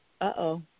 Uh-oh